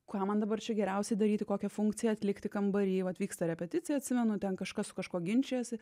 ką man dabar čia geriausiai daryti kokią funkciją atlikti kambary vat vyksta repeticija atsimenu ten kažkas kažkuo ginčijasi